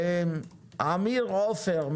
אמיר עופר,